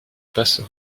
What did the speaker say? passe